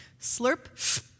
Slurp